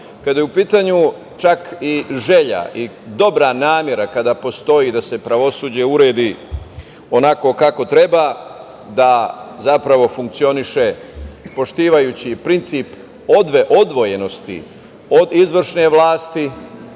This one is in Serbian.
kada je u pitanju čak i želja i dobra namera kada postoji da se pravosuđe uredi onako kako treba da zapravo funkcioniše poštujući princip odvojenosti od izvršne ovlasti,